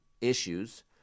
issues